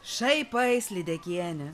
šaipais lydekienę